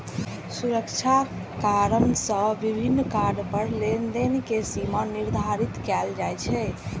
सुरक्षा कारण सं विभिन्न कार्ड पर लेनदेन के सीमा निर्धारित कैल जाइ छै